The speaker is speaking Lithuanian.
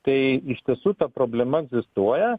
tai iš tiesų ta problema egzistuoja